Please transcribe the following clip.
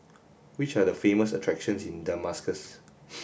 which are the famous attractions in Damascus